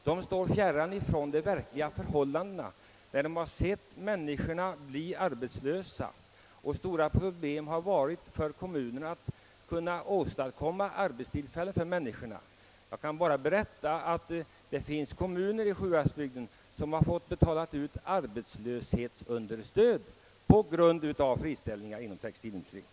De står båda fjärran från de verkliga förhållandena. De har inte sett människor bli arbetslösa, och de har inte haft kontakt med kommunernas stora problem när det gäller att skapa arbetstillfällen för dem. Jag kan nämna att det i Sjuhäradsbygden finns kommuner som fått betala ut arbetslöshetsunderstöd på grund av friställningar inom textilindustrin.